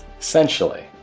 Essentially